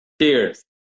Cheers